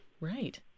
Right